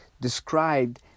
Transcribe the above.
described